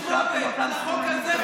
זה שעברתם מפה לפה